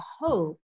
hope